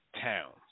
Towns